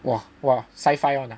!wah! !wah! sci-fi [one] ah